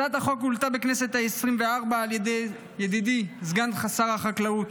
הצעת החוק הועלתה בכנסת העשרים-וארבע על ידי ידידי סגן שר החקלאות